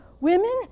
Women